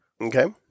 Okay